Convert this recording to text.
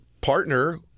partner